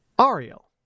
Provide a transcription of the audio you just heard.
Ariel